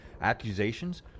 accusations